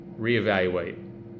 reevaluate